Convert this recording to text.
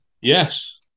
yes